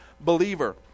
believer